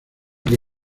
que